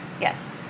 Yes